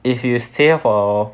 if you stay for